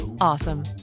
awesome